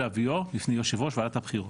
להביאו בפני יושב ראש ועדת הבחירות.